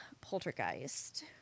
poltergeist